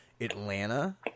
Atlanta